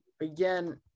again